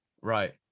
Right